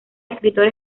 escritor